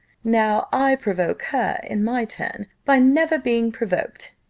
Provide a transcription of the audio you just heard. now i provoke her in my turn, by never being provoked,